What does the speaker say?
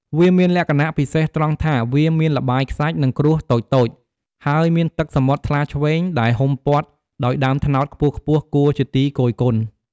វាមានលក្ខណៈពិសេសត្រង់ថាវាមានល្បាយខ្សាច់ និងគ្រួសតូចៗ ហើយមានទឹកសមុទ្រថ្លាឈ្វេងដែលហ៊ុំព័ទ្ធដោយដើមត្នោតខ្ពស់ៗគួរជាទីគយគន់។